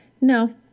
No